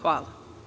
Hvala.